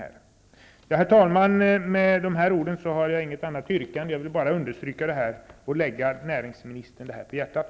Herr talman! Med dessa ord har jag inget annat yrkande. Jag ville bara understryka detta, och lägga näringsministern detta på hjärtat.